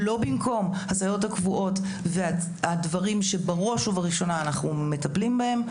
לא במקום הסייעות הקבועות והדברים שבראש ובראשונה אנחנו מטפלים בהם,